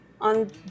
on